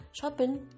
shopping